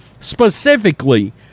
Specifically